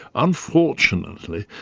unfortunately,